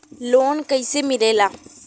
Loan कईसे मिलेला?